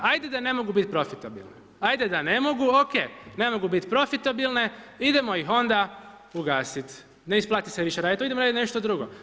Hajde da ne mogu biti profitabilne, hajde da ne mogu o.k. Ne mogu biti profitabilne, idemo ih onda ugasiti, ne isplati se više raditi, idemo raditi nešto drugo.